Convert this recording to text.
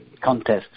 contest